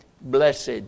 blessed